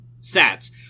stats